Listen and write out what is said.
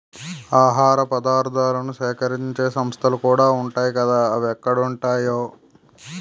ఆహార పదార్థాలను సేకరించే సంస్థలుకూడా ఉంటాయ్ కదా అవెక్కడుంటాయో